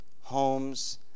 homes